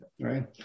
right